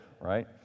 right